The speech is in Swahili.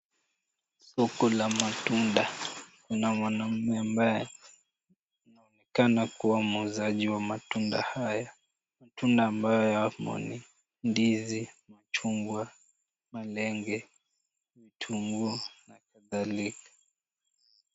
Soko la matunda lina mwanaume ambaye anayeonekana kuwa ni muuzaji wa matunda haya. Matunda ambayo yapo ni ndizi, chungwa, malenge, kitunguu na kadhalika.